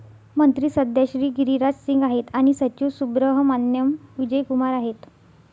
मंत्री सध्या श्री गिरिराज सिंग आहेत आणि सचिव सुब्रहमान्याम विजय कुमार आहेत